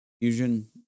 Fusion